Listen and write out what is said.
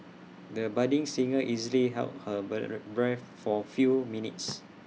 the budding singer easily held her breath for feel minutes